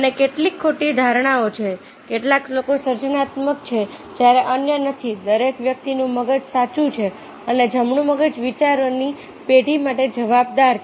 અને કેટલીક ખોટી ધારણાઓ છે કેટલાક લોકો સર્જનાત્મક છે જ્યારે અન્ય નથી દરેક વ્યક્તિનું મગજ સાચુ છે અને જમણું મગજ વિચારની પેઢી માટે જવાબદાર છે